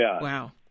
Wow